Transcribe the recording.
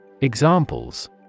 Examples